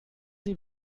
sie